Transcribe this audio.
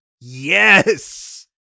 Yes